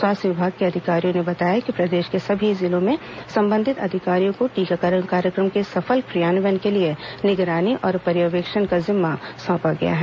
स्वास्थ्य विभाग के अधिकारियों ने बताया कि प्रदेश के सभी जिलों में संबंधित अधिकारियों को टीकाकरण कार्यक्रम के सफल क्रियान्वयन के लिए निगरानी और पर्यवेक्षण का जिम्मा सौंपा गया है